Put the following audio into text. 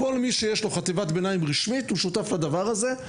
כל מי שיש לו חטיבת ביניים רשמית הוא שותף לדבר הזה.